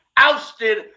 ousted